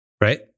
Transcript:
right